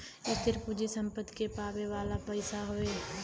स्थिर पूँजी सम्पत्ति के पावे वाला पइसा हौ